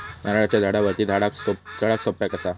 नारळाच्या झाडावरती चडाक सोप्या कसा?